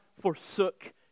forsook